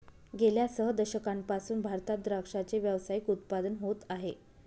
गेल्या सह दशकांपासून भारतात द्राक्षाचे व्यावसायिक उत्पादन होत आहे